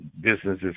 Businesses